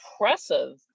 impressive